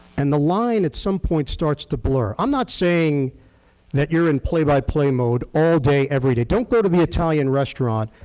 and the line at some point starts to blur. i'm not saying that you're in play-by-play mode all day everyday. don't go to the italian restaurant,